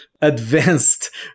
advanced